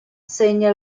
segna